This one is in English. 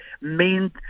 main